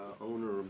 owner